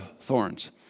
thorns